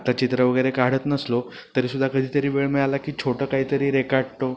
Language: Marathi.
आता चित्र वगैरे काढत नसलो तरी सुद्धा कधीतरी वेळ मिळाला की छोटं कायतरी रेखाटतो